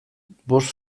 bost